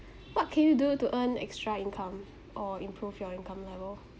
what can you do to earn extra income or improve your income level